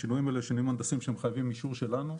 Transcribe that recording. השינויים האלה הם שינויים הנדסיים שהם מחייבים אישור שלנו.